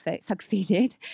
succeeded